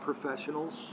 professionals